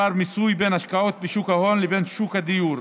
מפער מיסוי בין השקעות בשוק ההון לבין שוק הדיור.